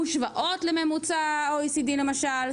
מושוות לממוצע OECD למשל,